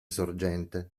sorgente